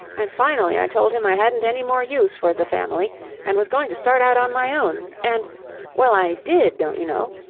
and finally i told him i hadn't any more use for the family and was going to start out on my own. and well, i did, don't you know.